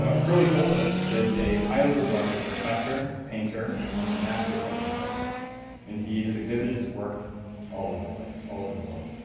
ah curlee holton is a highly regarded professor, painter and master printmaker and he has exhibited his work all over the place, all over the world.